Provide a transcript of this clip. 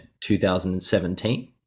2017